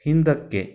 ಹಿಂದಕ್ಕೆ